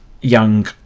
young